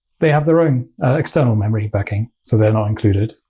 they have their own external memory backing. so they're not included.